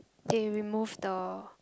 eh remove the